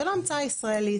זה לא המצאה ישראלית.